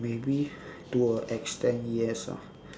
maybe to a extent yes ah